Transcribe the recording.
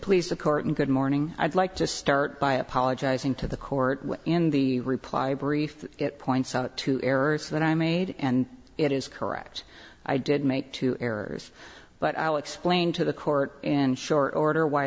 please the court and good morning i'd like to start by apologizing to the court in the reply brief it points out to errors that i made and it is correct i did make two errors but i'll explain to the court in short order why